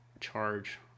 charge